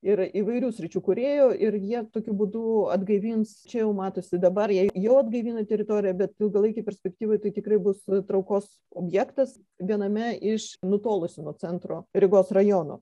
ir įvairių sričių kūrėjų ir jie tokiu būdu atgaivins čia jau matosi dabar jei jau atgaivino teritoriją bet ilgalaikėj perspektyvoj tai tikrai bus traukos objektas viename iš nutolusių nuo centro rygos rajonų